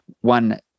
one